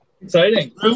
Exciting